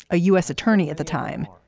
a u s. attorney at the time,